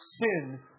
Sin